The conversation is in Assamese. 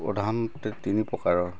প্ৰধানতে তিনি প্ৰকাৰৰ